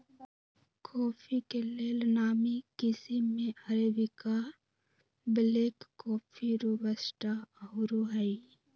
coffee के लेल नामी किशिम में अरेबिका, ब्लैक कॉफ़ी, रोबस्टा आउरो हइ